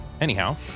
Anyhow